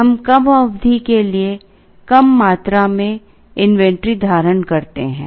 हम कम अवधि के लिए कम मात्रा में इन्वेंट्री धारण करते हैं